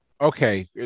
okay